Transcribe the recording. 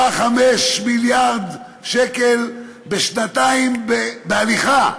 4 5 מיליארד שקל בשנתיים, בהליכה,